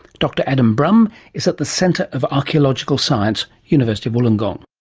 dr adam brumm is at the centre of archaeological science, university of wollongong.